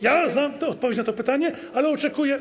Ja znam odpowiedź na to pytanie, ale oczekuję.